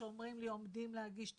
שאומרים לי עומדים להגיש תביעות,